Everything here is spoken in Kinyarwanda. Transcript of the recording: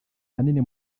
ahanini